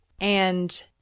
And-